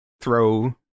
throw